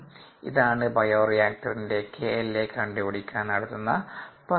ഇതാണ് ബയോറിയാക്റ്ററിന്റെ kLa കണ്ടുപിടിക്കാൻ നടത്തുന്ന പരീക്ഷണം